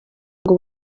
ngo